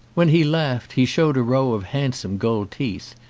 when he laughed he showed a row of handsome gold teeth.